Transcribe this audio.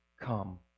come